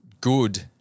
good